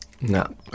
No